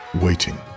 waiting